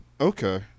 Okay